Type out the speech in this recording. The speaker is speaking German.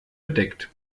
bedeckt